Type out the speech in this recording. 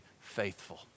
faithful